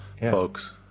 folks